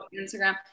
instagram